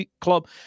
club